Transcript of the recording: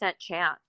chance